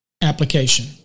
application